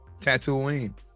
Tatooine